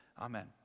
amen